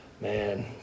Man